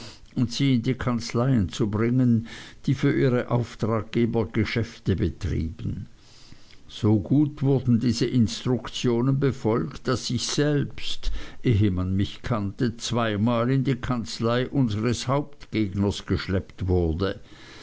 und sie in die kanzleien zu bringen für die ihre auftraggeber geschäfte betrieben so gut wurden diese instruktionen befolgt daß ich selbst ehe man mich kannte zweimal in die kanzlei unseres hauptgegners geschleppt wurde